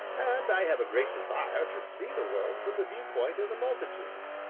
and i have a great desire to see the world from the viewpoint of the multitude.